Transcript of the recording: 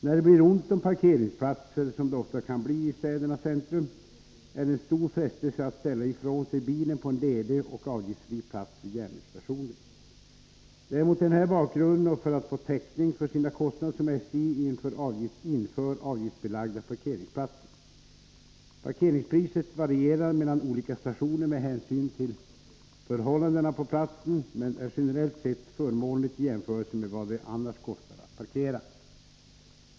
När det blir ont om parkeringsplatser, som det ofta kan bli i städernas centrum, är det en stor frestelse att ställa ifrån sig bilen på en ledig och avgiftsfri plats vid järnvägsstationerna. Det är mot den här bakgrunden och för att få täckning för sina kostnader som SJ inför avgiftsbelagda parkeringsplatser. Parkeringspriset varierar mellan olika stationer med hänsyn till förhållandena på platsen men är generellt sett förmånligt i jämförelse med vad det annars kostar att parkera.